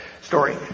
story